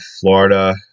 Florida